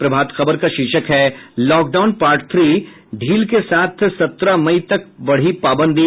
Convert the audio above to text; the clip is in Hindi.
प्रभात खबर का शीर्षक है लॉकडाउन पार्ट थ्री ढील के साथ सत्रह मई तक बढ़ी पाबंदी